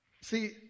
See